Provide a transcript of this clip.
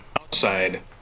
outside